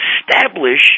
establish